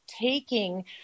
taking